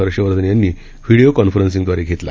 हर्षवर्धन यांनी व्हीडीओ कॉन्फरन्सिंगद्वारे घेतला